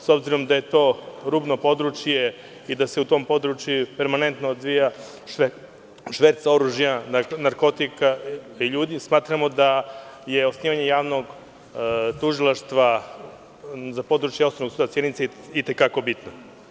S obzirom da je to rubno područje i da se u tom području permanentno odvija šverc oružja, narkotika i ljudi smatramo da je osnivanje javnog tužilaštva za područje Osnovnog suda u Sjenici i te kako bitno.